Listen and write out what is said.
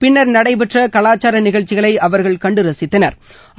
பின்னர் நடைபெற்ற கலாச்சார நிகழ்ச்சிகளை அவர்கள் கண்டு ரசித்தனா்